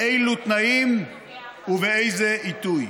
באילו תנאים ובאיזה עיתוי.